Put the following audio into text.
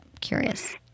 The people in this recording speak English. curious